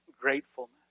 gratefulness